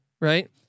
Right